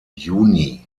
juni